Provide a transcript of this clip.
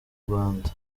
rwanda